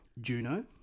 Juno